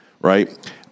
Right